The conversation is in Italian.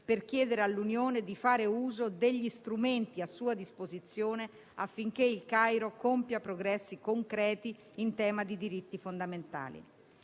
per chiedere all'Unione di fare uso degli strumenti a sua disposizione affinché il Cairo compia progressi concreti in tema di diritti fondamentali.